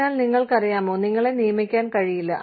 അതിനാൽ നിങ്ങൾക്കറിയാമോ നിങ്ങളെ നിയമിക്കാൻ കഴിയില്ല